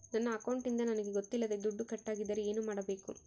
ನನ್ನ ಅಕೌಂಟಿಂದ ನನಗೆ ಗೊತ್ತಿಲ್ಲದೆ ದುಡ್ಡು ಕಟ್ಟಾಗಿದ್ದರೆ ಏನು ಮಾಡಬೇಕು?